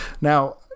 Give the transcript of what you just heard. Now